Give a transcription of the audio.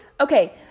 okay